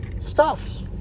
stuffs